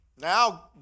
Now